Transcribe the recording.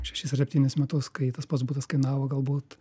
šešis ar septynis metus kai tas pats butas kainavo galbūt